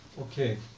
okay